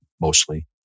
mostly